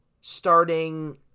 starting